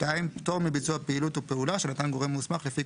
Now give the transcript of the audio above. פטור מביצוע פעילות או פעולה שנתן גורם מוסמך לפי